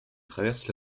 traverse